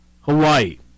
Hawaii